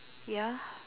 ya